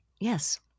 Yes